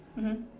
mmhmm